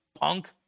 punk